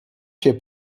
się